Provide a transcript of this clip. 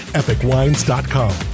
epicwines.com